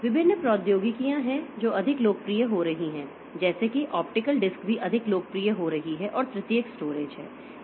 विभिन्न प्रौद्योगिकियां हैं जो अधिक लोकप्रिय हो रही हैं जैसे कि ऑप्टिकल डिस्क भी अधिक लोकप्रिय हो रही हैं और तृतीयक स्टोरेज हैं